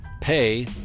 pay